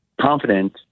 confident